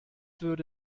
würde